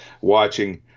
watching